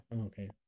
okay